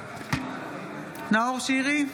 נאור שירי,